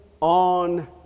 on